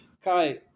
Kai